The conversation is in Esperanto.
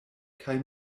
kaj